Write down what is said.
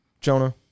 Jonah